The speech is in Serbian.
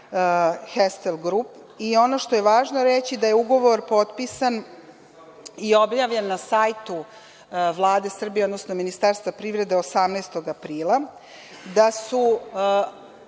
„Hestil grup“, i ono što je važno reći, da je ugovor potpisan i objavljen na sajtu Vlade Srbije, odnosno Ministarstva privrede 18. aprila, da su